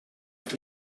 het